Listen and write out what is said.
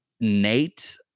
Nate